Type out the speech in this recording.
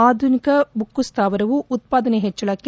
ಆಧುನಿಕ ಉಕ್ಕು ಸ್ಲಾವರವು ಉತ್ಪಾದನೆ ಹೆಚ್ಚಳಕ್ಕೆ